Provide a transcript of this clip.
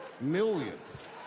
millions